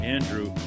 Andrew